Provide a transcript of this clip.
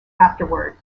afterward